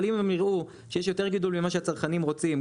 אבל אם הם יראו שיש יותר גידול ממה שהצרכנים רוצים,